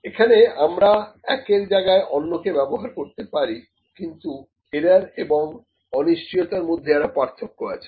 এখানে আমরা একের জায়গায় অন্যকে ব্যবহার করতে পারি কিন্তু এরর এবং অনিশ্চয়তার মধ্যে একটা পার্থক্য আছে